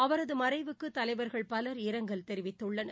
அவரது மறைவுக்கு தலைவர்கள் பலர் இரங்கல் தெரிவித்துள்ளனர்